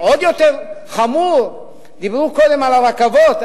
יותר חמור, דיברו קודם על הרכבות.